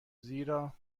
زیرا